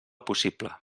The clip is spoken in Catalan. possible